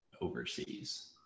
overseas